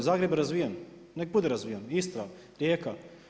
Zagreb je razvijen, nek' bude razvijen Istra, Rijeka.